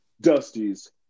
Dusty's